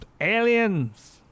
Aliens